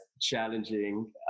challenging